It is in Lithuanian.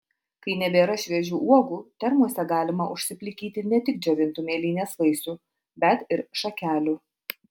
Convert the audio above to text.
kai nebėra šviežių uogų termose galima užsiplikyti ne tik džiovintų mėlynės vaisių bet ir šakelių